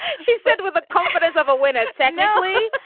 she said with the confidence of a winner. technically,